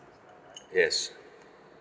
yes